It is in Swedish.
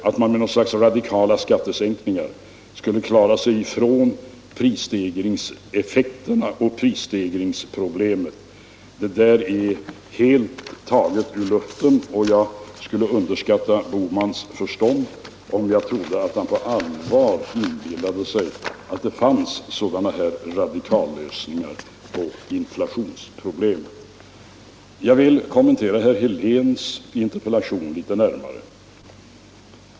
Att man med något slags radikala skattesänkningar skulle klara sig ifrån prisstegringseffekterna och prisstegringsproblemen är helt taget ur luften. Jag skulle underskatta herr Bohmans förstånd om jag trodde att han på allvar inbillade sig att det fanns sådana här radikallösningar på inflationsproblemet. Jag vill kommentera herr Heléns interpellation litet närmare.